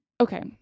Okay